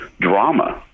drama